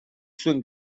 zuen